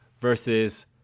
versus